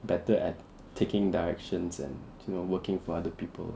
better at taking directions and you know working for other people